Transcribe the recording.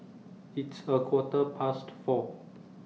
its A Quarter Past four